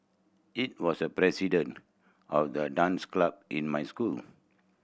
it was the president of the dance club in my school